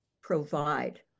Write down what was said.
provide